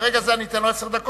מרגע זה אני אתן לו עשר דקות,